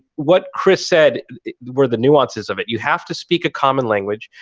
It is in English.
what chris said were the nuances of it. you have to speak a common language.